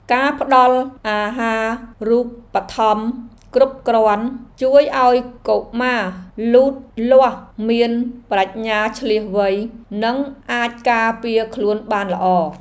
ការផ្តល់អាហារូបត្ថម្ភគ្រប់គ្រាន់ជួយឱ្យកុមារលូតលាស់មានប្រាជ្ញាឈ្លាសវៃនិងអាចការពារខ្លួនបានល្អ។